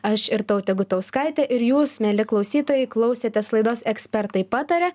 aš irtautė gutauskaitė ir jūs mieli klausytojai klausėtės laidos ekspertai pataria